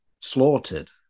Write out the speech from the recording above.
slaughtered